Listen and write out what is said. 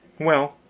well,